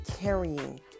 carrying